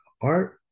Art